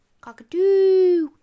Cockatoo